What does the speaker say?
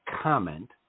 comment